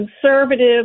conservative